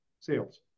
sales